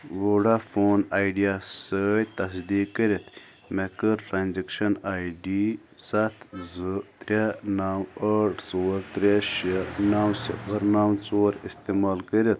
Voda phone Idea سۭتۍ تصدیٖق کٔرتھ مےٚ کٔر ٹرٛانزیٚکشن آے ڈی ستھ زٕ ترٛےٚ نَو ٲٹھ ژور ترٛےٚ شےٚ نَو صفر نَو ژور استعمال کٔرِتھ